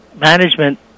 management